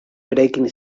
eraikin